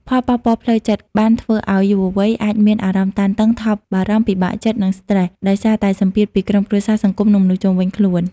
ផលប៉ះពាល់ផ្លូវចិត្ត បានធ្វើអោយយុវវ័យអាចមានអារម្មណ៍តានតឹង ថប់បារម្ភ ពិបាកចិត្ត និងស្ត្រេស ដោយសារតែសម្ពាធពីក្រុមគ្រួសារ សង្គម នឹងមនុស្សជុំវិញខ្លួន ។